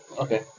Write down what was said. Okay